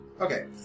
Okay